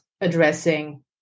addressing